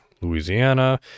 Louisiana